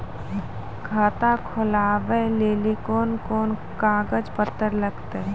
खाता खोलबाबय लेली कोंन कोंन कागज पत्तर लगतै?